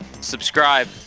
Subscribe